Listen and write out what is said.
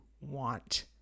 want